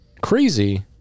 crazy